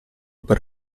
per